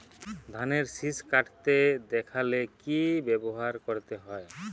ধানের শিষ কাটতে দেখালে কি ব্যবহার করতে হয়?